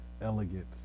elegance